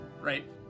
right